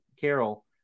Carol